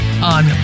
On